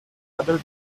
other